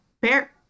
bear